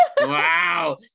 Wow